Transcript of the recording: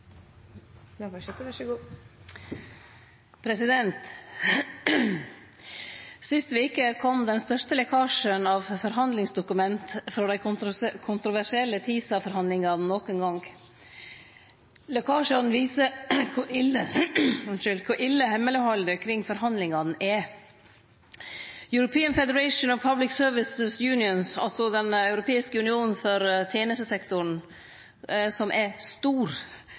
den største lekkasjen av forhandlingsdokument frå dei kontroversielle TISA-forhandlingane nokon gong. Lekkasjen viser kor ille hemmeleghaldet kring forhandlingane er. The European Federation of Public Service Unions – altså den europeiske unionen for tenestesektoren – som er stor,